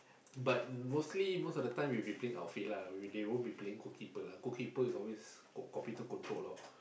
but mostly most of the time we be playing outfield lah we they won't be playing goalkeeper lah goalkeeper is always computer controlled lor